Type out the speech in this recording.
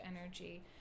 energy